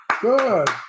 good